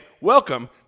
Welcome